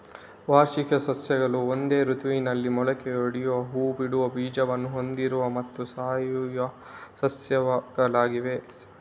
ವಾರ್ಷಿಕ ಸಸ್ಯಗಳು ಒಂದೇ ಋತುವಿನಲ್ಲಿ ಮೊಳಕೆಯೊಡೆಯುವ ಹೂ ಬಿಡುವ ಬೀಜವನ್ನು ಹೊಂದಿರುವ ಮತ್ತು ಸಾಯುವ ಸಸ್ಯಗಳಾಗಿವೆ